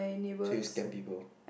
so you scam people